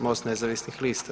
MOST nezavisnih lista.